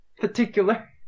Particular